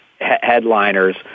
headliners